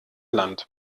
land